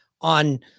on